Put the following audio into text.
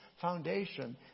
foundation